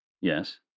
Yes